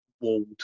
walled